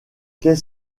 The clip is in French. qu’est